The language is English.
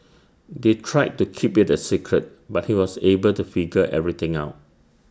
they tried to keep IT A secret but he was able to figure everything out